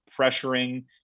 pressuring